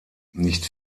nicht